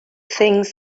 things